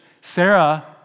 Sarah